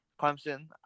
clemson